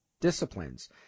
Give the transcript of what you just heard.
disciplines